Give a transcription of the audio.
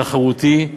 תחרותי,